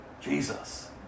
Jesus